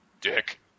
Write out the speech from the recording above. Dick